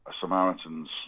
Samaritan's